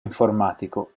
informatico